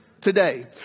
today